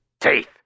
Teeth